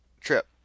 trip